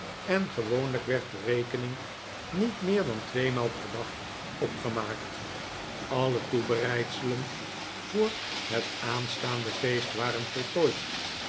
en gewoonlijk werd de rekening niet meer dan tweemaal per dag opgemaakt alle toebereidselen voor het aanstaande feest waren voltooid